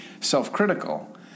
self-critical